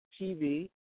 TV